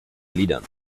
liedern